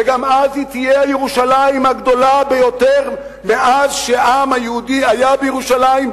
וגם אז היא תהיה ירושלים הגדולה ביותר מאז היה העם היהודי בירושלים,